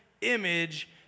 image